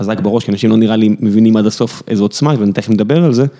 אז רק בראש, כי אנשים לא נראה לי מבינים עד הסוף איזו עוצמה זאת, ואני תכף מדבר על זה.